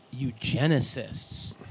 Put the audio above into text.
eugenicists